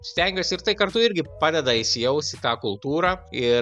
stengiuosi ir tai kartu irgi padeda įsijaust į tą kultūrą ir